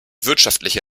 wirtschaftliche